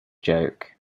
joke